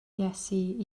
iesu